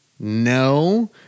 no